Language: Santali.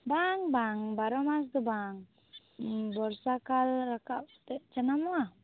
ᱵᱟᱝ ᱵᱟᱝ ᱵᱟᱨᱚ ᱢᱟᱥ ᱫᱚ ᱵᱟᱝ ᱵᱚᱨᱥᱟ ᱠᱟᱞ ᱨᱟᱠᱟᱵ ᱛᱮᱫ ᱠᱟᱱᱟ